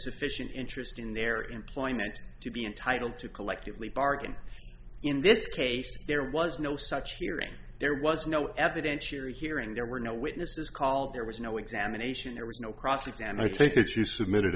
vission interest in their employment to be entitled to collectively bargain in this case there was no such hearing there was no evidentiary hearing there were no witnesses called there was no examination there was no cross exam i take it you submitted